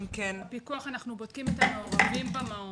בפיקוח אנחנו בודקים את המעורבים במעון.